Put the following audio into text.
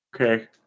Okay